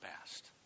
past